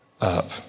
up